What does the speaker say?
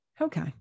Okay